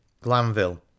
Glanville